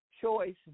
choice